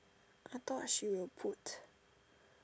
I thought she will put